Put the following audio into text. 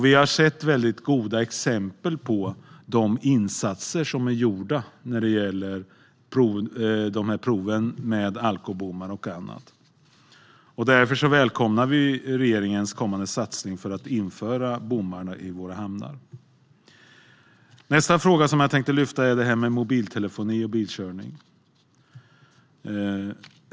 Vi har sett goda exempel på de insatser som har gjorts i och med proven med alkobommar och annat. Därför välkomnar vi regeringens kommande satsning för att införa bommar i våra hamnar. Nästa fråga som jag tänkte lyfta är det här med mobiltelefoni och bilkörning.